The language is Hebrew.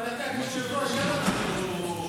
אבל אתה כיושב-ראש גם,